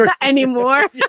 anymore